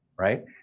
Right